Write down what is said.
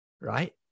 right